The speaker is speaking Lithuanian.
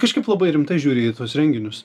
kažkaip labai rimtai žiūri į tuos renginius